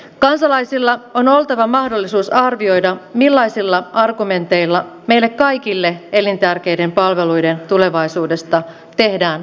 kansalaisilla on oltava mahdollisuus arvioida millaisilla argumenteilla meille kaikille elintärkeiden palveluiden tulevaisuudesta tehdään päätöksiä